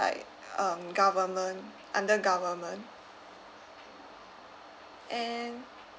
like um government under government and